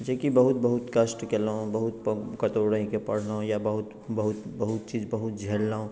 जेकि बहुत बहुत कष्ट केलहुँ बहुत कतहु रहिके पढ़लहुँ या बहुत बहुत बहुत चीज बहुत झेललहुँ